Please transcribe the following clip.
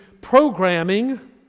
programming